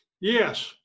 Yes